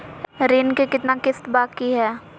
ऋण के कितना किस्त बाकी है?